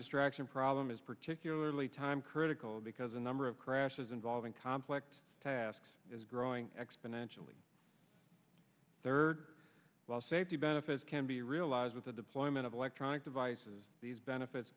distraction problem is particularly time critical because a number of crashes involving complex tasks is growing exponentially third while safety benefits can be realized with the deployment of electronic devices these benefits